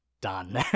done